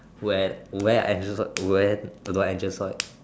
where where I just saw it when I just saw it